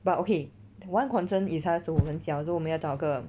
but okay one concern is 他手很小 so 我们要找个